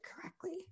correctly